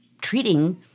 treating